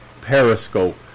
Periscope